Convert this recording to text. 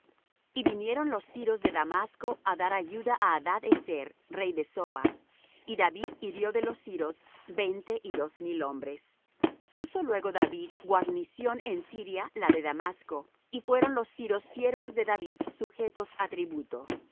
y vinieron los siros de damasco á dar ayuda á hadad ezer rey de soba y david hirió de los siros veinte y dos mil hombres puso luego david guarnición en siria la de damasco y fueron los siros siervos de david sujetos á tributo